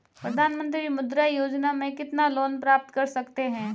प्रधानमंत्री मुद्रा योजना में कितना लोंन प्राप्त कर सकते हैं?